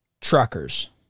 truckers